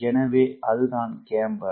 எனவே அதுதான் கேம்பர்